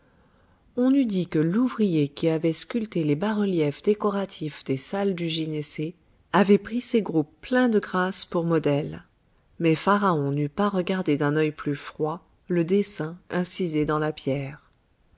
on eût dit que l'ouvrier qui avait sculpté les bas-reliefs décoratifs des salles du gynécée avait pris ces groupes pleins de grâce pour modèles mais pharaon n'eût pas regardé d'un œil plus froid le dessin incisé dans la pierre